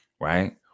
right